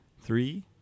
three